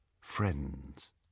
friends